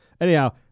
Anyhow